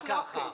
אי אפשר כך.